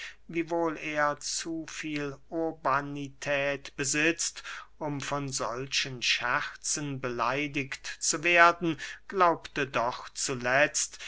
wiewohl er zu viel urbanität besitzt um von solchen scherzen beleidiget zu werden glaubte doch zuletzt